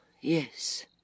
yes